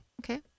Okay